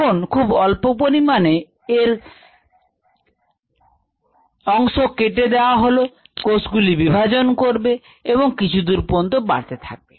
এখন খুব অল্প পরিমাণ এর কোষ নিয়ে কেটে দেয়া হলে কোষগুলি বিভাজন করবে এবং কিছু দূর পর্যন্ত বাড়তে থাকবে